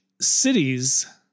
cities